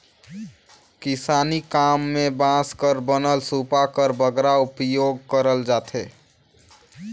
किसानी काम मे बांस कर बनल सूपा कर बगरा उपियोग करल जाथे